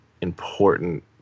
important